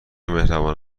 مهربان